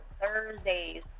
Thursdays